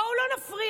בואו לא נפריע.